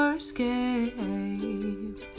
escape